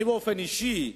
אני באופן אישי,